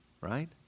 right